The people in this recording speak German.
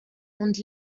und